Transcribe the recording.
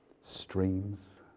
Streams